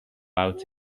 out